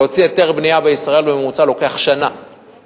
להוציא היתר בנייה בישראל לוקח שנה בממוצע,